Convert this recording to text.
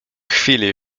chwili